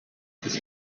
his